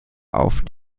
auf